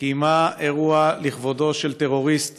קיימה אירוע לכבודו של טרוריסט